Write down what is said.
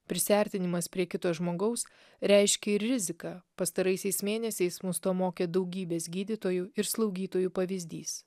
prisiartinimas prie kito žmogaus reiškia ir riziką pastaraisiais mėnesiais mus to mokė daugybės gydytojų ir slaugytojų pavyzdys